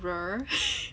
re~